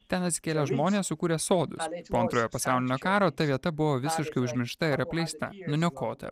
ten atsikėlę žmonės sukuria sodus po antrojo pasaulinio karo ta vieta buvo visiškai užmiršta ir apleista nuniokota